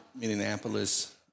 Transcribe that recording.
Minneapolis